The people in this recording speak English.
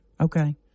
Okay